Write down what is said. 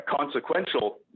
consequential